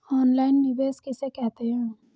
Online निवेश किसे कहते हैं?